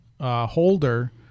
holder